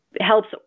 helps